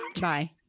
Bye